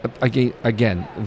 again